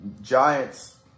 Giants